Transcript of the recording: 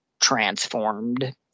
transformed